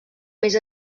més